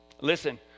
Listen